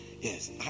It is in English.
Yes